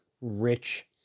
rich